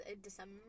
December